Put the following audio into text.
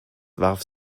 warf